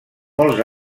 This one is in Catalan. molts